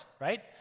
right